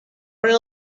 pren